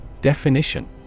Definition